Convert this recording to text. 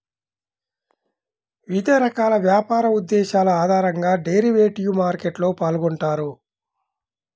వివిధ రకాల వ్యాపార ఉద్దేశాల ఆధారంగా డెరివేటివ్ మార్కెట్లో పాల్గొంటారు